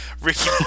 Ricky